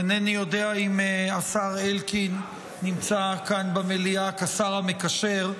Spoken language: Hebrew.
אינני יודע אם השר אלקין נמצא כאן במליאה כשר המקשר,